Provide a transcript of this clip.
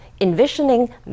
Envisioning